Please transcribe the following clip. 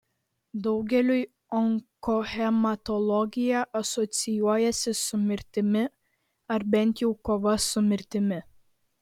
daugeliui onkohematologija asocijuojasi su mirtimi ar bent jau kova su mirtimi